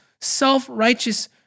self-righteous